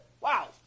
Wow